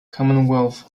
commonwealth